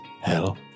hell